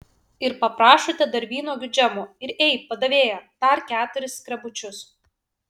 ir paprašote dar vynuogių džemo ir ei padavėja dar keturis skrebučius